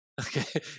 Okay